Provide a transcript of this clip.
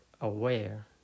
aware